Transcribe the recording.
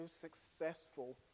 successful